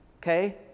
okay